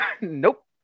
Nope